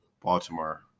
Baltimore